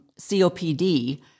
COPD